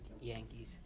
Yankees